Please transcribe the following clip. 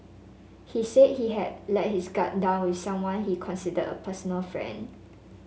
he said he had let his guard down with someone he considered a personal friend